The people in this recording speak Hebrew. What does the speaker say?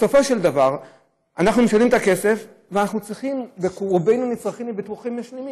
בסופו של דבר אנחנו משלמים את הכסף ורובנו נצרכים לביטוחים משלימים.